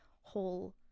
whole